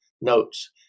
notes